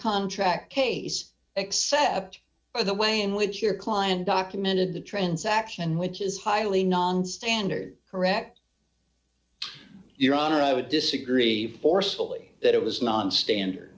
contract case except by the way in which your client documented the transaction which is highly nonstandard correct your honor i would disagree forcefully that it was nonstandard